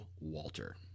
Walter